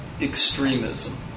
extremism